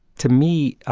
to me, ah